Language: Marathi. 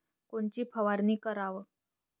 कोनची फवारणी कराव?